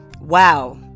Wow